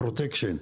הפרוטקשן,